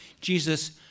Jesus